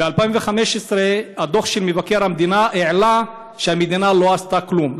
ב-2015 דוח מבקר המדינה העלה שהמדינה לא עשתה כלום.